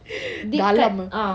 dalam eh